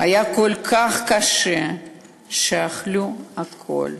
היה כל כך קשה שאכלו הכול.